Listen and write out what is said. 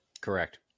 correct